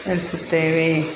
ಬೆಳೆಸುತ್ತೇವೆ